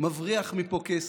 מבריח מפה כסף,